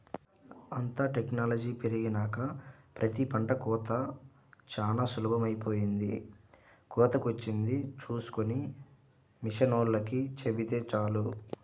అంతా టెక్నాలజీ పెరిగినాక ప్రతి పంట కోతా చానా సులభమైపొయ్యింది, కోతకొచ్చింది చూస్కొని మిషనోల్లకి చెబితే చాలు